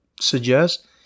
Suggest